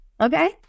Okay